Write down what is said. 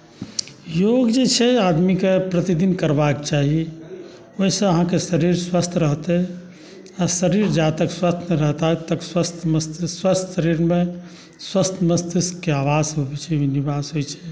योग जे छै आदमीकेँ प्रतिदिन करबाक चाही ओहिसँ अहाँके शरीर स्वस्थ्य रहतै आ शरीर जा तक स्वस्थ्य रहत ता स्वस्थ्य शरीरमे स्वस्थ्य मस्तिष्कके आवास होइत छै निवास होइत छै